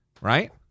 Right